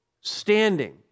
standing